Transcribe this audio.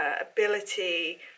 ability